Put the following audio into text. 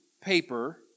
paper